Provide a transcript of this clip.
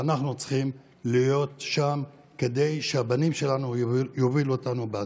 אנחנו צריכים להיות שם כדי שהבנים שלנו יובילו אותנו בעתיד.